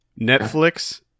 Netflix